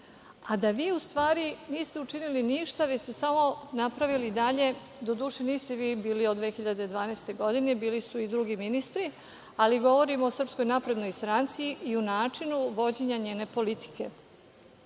a da vi u stvari niste učinili ništa, već ste samo napravili dalje, doduše, niste vi bili od 2012. godine, bili su i drugi ministri, ali govorim o SNS i o načinu vođenja njene politike. Politiku